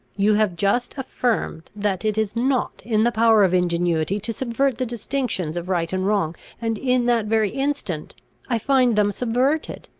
you have just affirmed that it is not in the power of ingenuity to subvert the distinctions of right and wrong, and in that very instant i find them subverted.